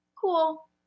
cool